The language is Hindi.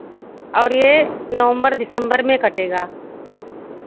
और ये नवम्बर दिसम्बर में कटेगा